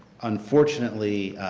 unfortunately,